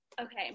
Okay